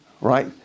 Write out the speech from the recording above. right